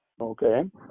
Okay